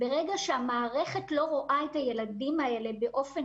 ברגע שהמערכת לא רואה את הילדים האלה באופן